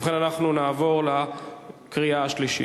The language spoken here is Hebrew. ובכן, אנחנו נעבור לקריאה שלישית.